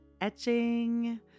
etching